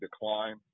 decline